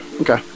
Okay